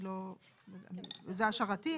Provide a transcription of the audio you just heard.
זו השערתי,